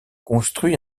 construit